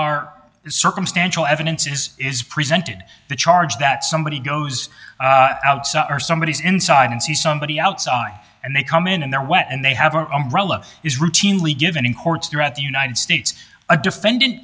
are circumstantial evidence is presented the charge that somebody goes out or somebody is inside and sees somebody outside and they come in and they're wet and they have our role of is routinely given in courts throughout the united states a defendant